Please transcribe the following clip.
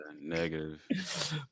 negative